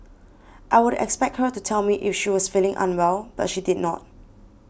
I would expect her to tell me if she was feeling unwell but she did not